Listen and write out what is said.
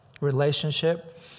relationship